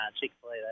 Chick-fil-A